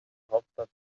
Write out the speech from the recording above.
hauptstadt